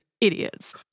Idiots